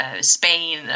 Spain